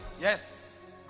Yes